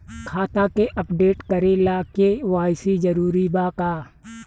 खाता के अपडेट करे ला के.वाइ.सी जरूरी बा का?